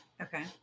Okay